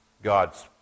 God's